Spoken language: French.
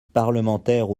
parlementaires